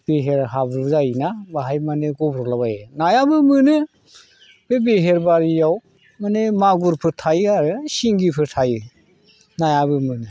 बेहेराव हाब्रु जायो ना बेवहाय माने गब्र'लाबायो नायाबो मोनो बे बेहेर बारियाव माने मागुरफोर थायो आरो सिंगिफोर थायो नायाबो मोनो